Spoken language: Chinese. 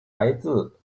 来自